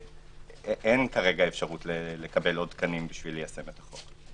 ואין כרגע אפשרות לקבל עוד תקנים כדי ליישם את החוק.